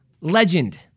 legend